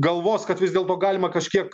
galvos kad vis dėlto galima kažkiek